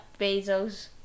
Bezos